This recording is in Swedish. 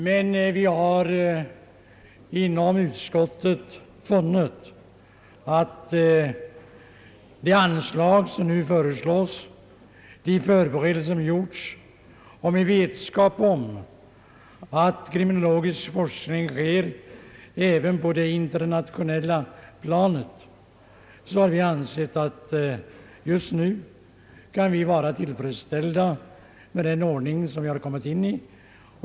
Men vi har inom utskottet funnit att det nu begärda anslaget är tillräckligt med tanke på de förberedelser som gjorts och med vetskap om att kriminologisk forskning bedrivs även på det internationella planet. Vi har alltså ansett att man just nu kan vara till freds med den ordning vi har kommit in i.